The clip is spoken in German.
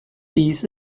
dies